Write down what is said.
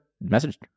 message